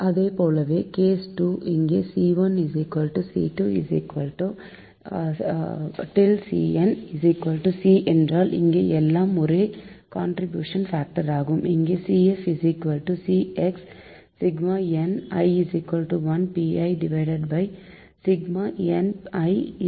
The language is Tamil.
அதுபோலவே கேஸ் 2 இங்கே c1c2 cnc என்றால் இங்கே எல்லாம் ஒரே கான்ட்ரிபியூஷன் பாக்டர் ஆகும் இங்கே CF ci1npii1npi c